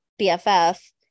bff